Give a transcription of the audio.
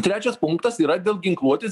trečias punktas yra dėl ginkluotės